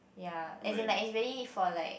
ya as in like is really like for like